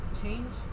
change